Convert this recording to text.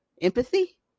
empathy